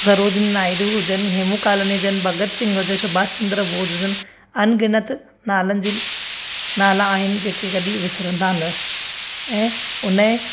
सरोजनी नायडू हुजनि हेमू कालाणी हुजनि भगत सिंह हुजनि सुभाष चन्द्र बोस हुजनि अन गिनत नालनि जी नाला आहिनि जेके कॾहिं विसिरंदा न ऐं उन खे